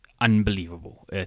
unbelievable